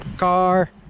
Car